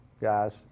guys